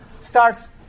starts